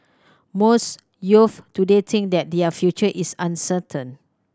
most youths today think that their future is uncertain